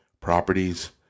properties